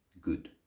good